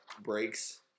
breaks